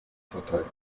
verteilen